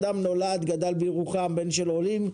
אדם שנולד וגדל בירוחם והוא בן של עולים,